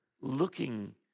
looking